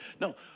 No